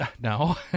No